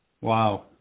Wow